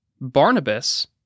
Barnabas